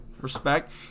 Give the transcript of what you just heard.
Respect